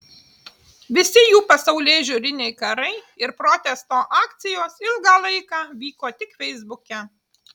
visi jų pasaulėžiūriniai karai ir protesto akcijos ilgą laiką vyko tik feisbuke